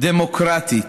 דמוקרטית